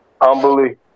humbly